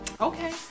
okay